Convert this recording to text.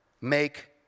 make